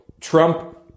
Trump